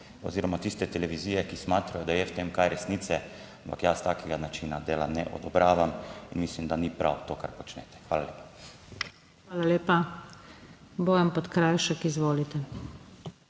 oziroma tiste televizije, ki smatrajo, da je v tem kaj resnice, ampak jaz takega načina dela ne odobravam in mislim, da ni prav to, kar počnete. Hvala lepa. **PODPREDSEDNICA NATAŠA SUKIČ:** Hvala lepa. Bojan Podkrajšek, izvolite.